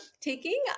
taking